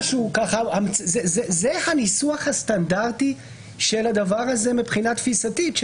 זה הניסוח הסטנדרטי של הדבר הזה מבחינה תפיסתית.